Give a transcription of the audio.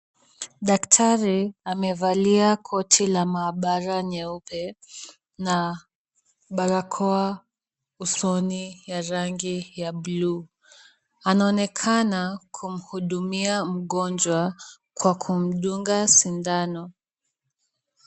Daktari amevalia koti la maabara nyeupe na barakoa usoni ya rangi ya blue . Anaonekana kumuhudumia mgonjwa kwa kumdunga sindano.